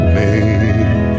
made